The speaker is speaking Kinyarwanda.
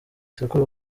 sekuru